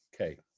okay